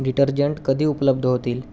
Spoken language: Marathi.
डिटर्जंट कधी उपलब्ध होतील